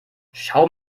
schau